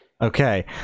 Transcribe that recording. Okay